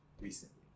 recently